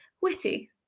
witty